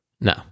No